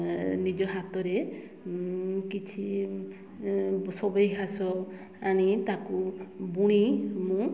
ନିଜ ହାତରେ କିଛି ସବେଇ ଘାସ ଆଣି ତାକୁ ବୁଣି ମୁଁ